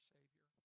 Savior